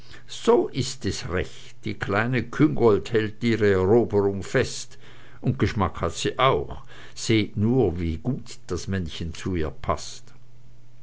so ist es recht die kleine küngolt hält ihre eroberung fest und geschmack hat sie auch seht nur wie gut das männchen zu ihr paßt